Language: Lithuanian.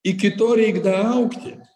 iki to reik daaugti